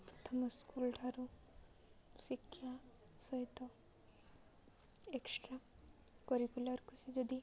ପ୍ରଥମ ସ୍କୁଲ୍ ଠାରୁ ଶିକ୍ଷା ସହିତ ଏକ୍ସଟ୍ରା କରିକୁଲାର ଖୁସି ଯଦି